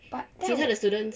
but that